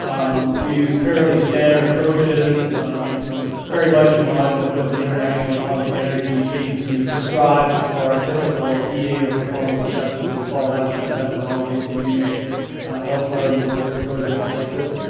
um we use fairly standard approaches you know, very much in line with what the international atomic energy agency prescribes for a typical pa, or performance assessment. so we follow that type of methodology that's been used elsewhere in the world for projects like this.